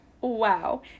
Wow